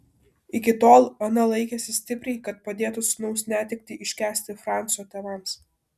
iki tol ana laikėsi stipriai kad padėtų sūnaus netektį iškęsti franco tėvams